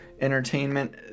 Entertainment